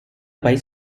país